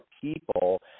people